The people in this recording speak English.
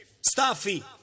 Staffy